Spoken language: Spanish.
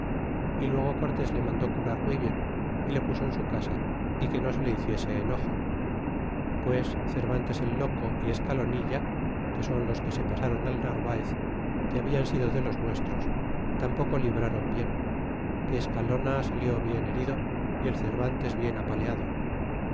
y luego cortés le mandó curar muy bien y le puso en su casa y que no se le hiciese enojo pues cervantes el loco y escalonilla que son los que se pasaron al narvaez que habian sido de los nuestros tampoco libraron bien que escalona salió bien herido y el cervantes bien apaleado